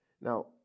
Now